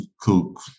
cook